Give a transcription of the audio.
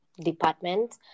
department